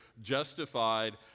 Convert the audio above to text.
justified